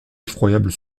effroyable